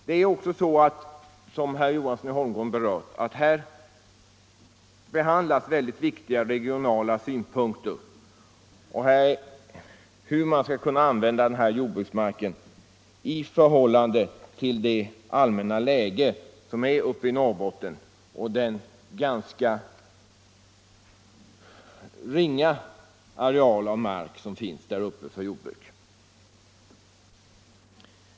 Här behandlas också, som herr Johansson i Holmgården berört, viktiga regionala synpunkter på hur man skall kunna använda den här jordbruksmarken i förhållande till det allmänna läget i Norrbotten och den ganska ringa areal mark som finns där uppe för jordbruk.